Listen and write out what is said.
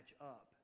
up